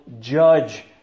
judge